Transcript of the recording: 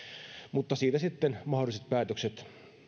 mutta siitä sitten mahdolliset päätökset